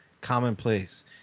commonplace